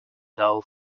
dull